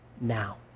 now